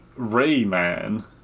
Rayman